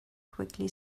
quickly